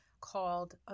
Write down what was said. called